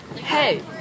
Hey